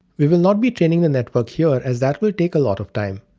we will not be training the network here as that will take a lot of time,